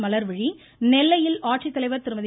மலர்விழி நெல்லையில் ஆட்சித்தலைவர் திருமதி